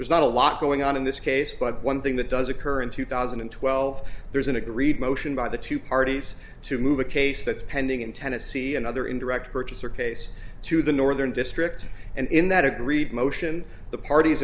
there's not a lot going on in this case but one thing that does occur in two thousand and twelve there's an agreed motion by the two parties to move a case that's pending in tennessee and other indirect purchaser case to the northern district and in that agreed motion the parties